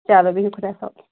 چلو بِہِو خۄدایَس حوالہٕ